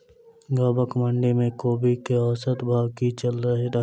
गाँवक मंडी मे कोबी केँ औसत भाव की चलि रहल अछि?